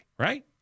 Right